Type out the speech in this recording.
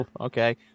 okay